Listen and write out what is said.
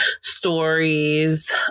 stories